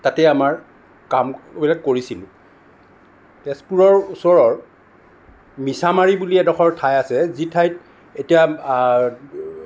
তাতে আমাৰ কামবিলাক কৰিছিলোঁ তেজপুৰৰ ওচৰৰ মিছামাৰী বুলি এডোখৰ ঠাই আছে যি ঠাইত এতিয়া